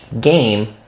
game